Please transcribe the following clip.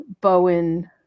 Bowen